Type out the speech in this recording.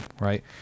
right